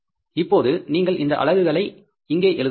இப்போது நீங்கள் இந்த அலகுகளை இங்கே எழுதுவீர்கள்